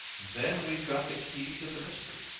then we've got the key to the mystery!